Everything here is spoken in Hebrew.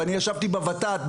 אני ישבתי בות"ת,